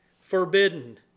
forbidden